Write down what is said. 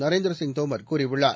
நரேந்திரசிங் தோமர் கூறியுள்ளார்